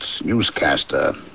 newscaster